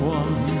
one